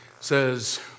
says